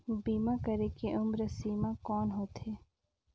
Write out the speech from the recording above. बीमा करे के उम्र सीमा कौन होथे?